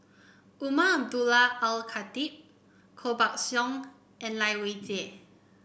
Umar Abdullah Al Khatib Koh Buck Song and Lai Weijie